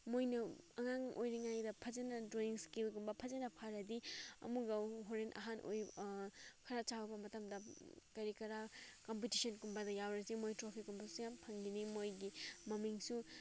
ꯃꯣꯏꯅ ꯑꯉꯥꯡ ꯑꯣꯏꯔꯤꯉꯩꯗ ꯐꯖꯅ ꯗ꯭ꯔꯣꯋꯤꯡ ꯁ꯭ꯀꯤꯜꯒꯨꯝꯕ ꯐꯖꯅ ꯐꯔꯗꯤ ꯑꯃꯨꯛꯀ ꯍꯣꯔꯦꯟ ꯑꯍꯟ ꯈꯔ ꯆꯥꯎꯕ ꯃꯇꯝꯗ ꯀꯔꯤ ꯀꯔꯥ ꯀꯝꯄꯤꯇꯤꯁꯟꯒꯨꯝꯕꯗ ꯌꯥꯎꯔꯗꯤ ꯃꯣꯏ ꯇ꯭ꯔꯣꯐꯤꯒꯨꯝꯕꯁꯨ ꯌꯥꯝ ꯐꯪꯒꯅꯤ ꯃꯣꯏꯒꯤ ꯃꯃꯤꯡꯁꯨ